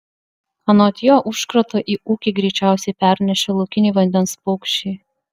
anot jo užkratą į ūkį greičiausiai pernešė laukiniai vandens paukščiai